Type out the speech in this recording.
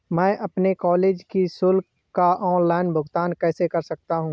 मैं अपने कॉलेज की शुल्क का ऑनलाइन भुगतान कैसे कर सकता हूँ?